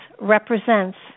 represents